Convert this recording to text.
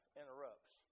interrupts